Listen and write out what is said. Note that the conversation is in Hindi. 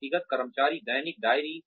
व्यक्तिगत कर्मचारी दैनिक डायरी